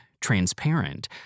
Transparent